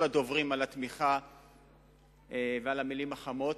הדוברים על התמיכה ועל המלים החמות,